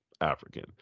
African